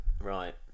Right